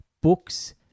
books